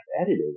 Edited